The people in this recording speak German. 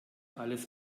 alles